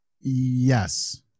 Yes